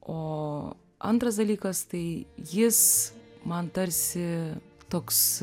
o antras dalykas tai jis man tarsi toks